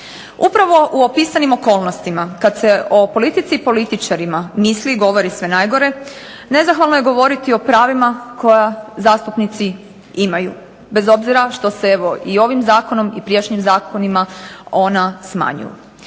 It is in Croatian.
Upravo u opisanim okolnostima kad se o politici i političarima misli i govori sve najgore nezahvalno je govoriti o pravima koja zastupnici imaju bez obzira što se evo i ovim zakonom i prijašnjim zakonima ona smanjuju.